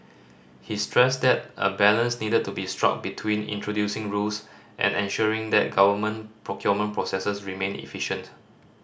he stressed that a balance needed to be struck between introducing rules and ensuring that government procurement processes remain efficient